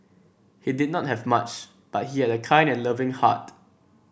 he did not have much but he had a kind and loving heart